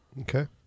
Okay